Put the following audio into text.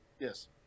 Yes